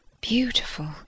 Beautiful